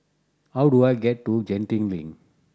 how do I get to Genting Link